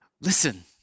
Listen